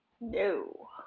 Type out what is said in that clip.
No